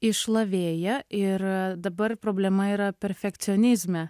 išlavėja ir dabar problema yra perfekcionizme